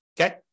okay